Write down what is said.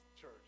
church